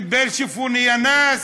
קיבל "שופוני יא נאס",